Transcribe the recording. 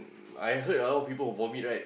I heard a lot of people who vomit right